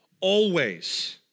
always